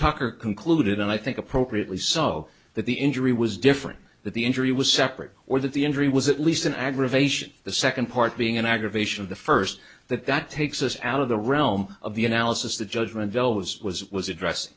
tucker concluded and i think appropriately so that the injury was different that the injury was separate or that the injury was at least an aggravation the second part being an aggravation of the first that that takes us out of the realm of the analysis the judgment bell was was was address